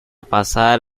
pasar